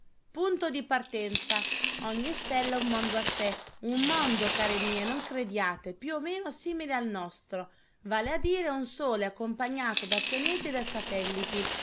punto di partenza ogni stella un mondo a sé un mondo care mie non crediate più o meno simile al nostro vale a dire un sole accompagnato da pianeti e da satelliti